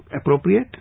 appropriate